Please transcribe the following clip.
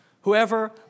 Whoever